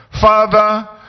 Father